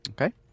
okay